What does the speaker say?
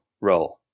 role